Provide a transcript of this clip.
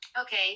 Okay